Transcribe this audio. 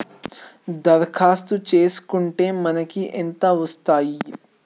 దరఖాస్తు చేస్కుంటే మనకి ఎంత వస్తాయి?